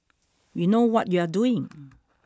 we know what you are doing